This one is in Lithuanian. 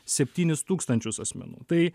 septynis tūkstančius asmenų tai